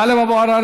טלב אבו עראר,